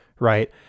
Right